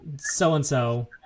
so-and-so